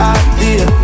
idea